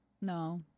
no